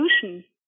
solution